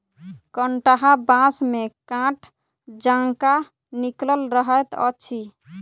कंटहा बाँस मे काँट जकाँ निकलल रहैत अछि